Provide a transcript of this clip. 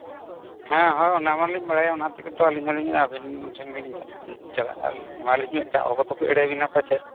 ᱦᱮᱸ ᱦᱳᱭ ᱚᱱᱟ ᱢᱟᱹᱞᱤᱧ ᱵᱟᱲᱟᱭᱟ ᱚᱱᱟ ᱛᱮᱜᱮ ᱛᱚ ᱟᱹᱞᱤᱧ ᱦᱚᱸᱞᱤᱧ ᱟᱹᱵᱤᱱ ᱴᱷᱮᱱ ᱜᱮᱞᱤᱧ ᱪᱟᱞᱟᱜ ᱟᱹᱞᱤᱧ ᱮᱹᱢᱟᱞᱤᱧ ᱢᱤᱫᱴᱟᱝ ᱦᱚᱲ ᱠᱚᱫᱚ ᱠᱚ ᱮᱲᱮ ᱵᱮᱱᱟ ᱯᱟᱪᱮᱫ